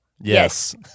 Yes